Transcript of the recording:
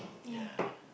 ya